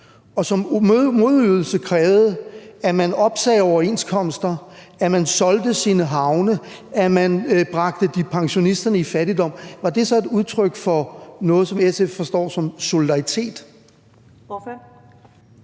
og som modydelse krævede, at man opsagde overenskomster, at man solgte sine havne, at man bragte pensionisterne i fattigdom, et udtryk for noget, som SF forstår som solidaritet?